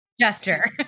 gesture